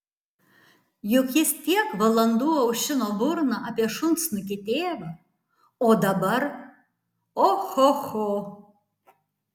juk jis tiek valandų aušino burną apie šunsnukį tėvą o dabar ohoho